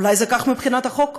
אולי זה כך מבחינת החוק,